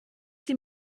sie